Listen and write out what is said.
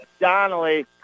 Donnelly